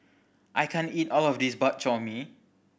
I can't eat all of this Bak Chor Mee